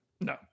No